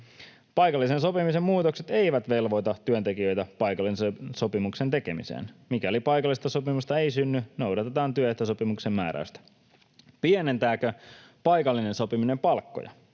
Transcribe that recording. Paikallisen sopimisen muutokset eivät velvoita työntekijöitä paikallisen sopimuksen tekemiseen. Mikäli paikallista sopimusta ei synny, noudatetaan työehtosopimuksen määräystä. Pienentääkö paikallinen sopiminen palkkoja?